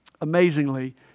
Amazingly